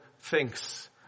thinks